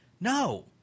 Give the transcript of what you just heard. No